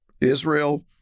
Israel